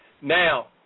Now